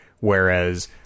Whereas